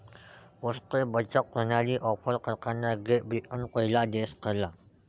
postage बचत प्रणाली offer करणारा ग्रेट ब्रिटन पहिला देश ठरला